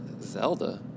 Zelda